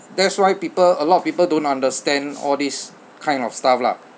that's why people a lot of people don't understand all this kind of stuff lah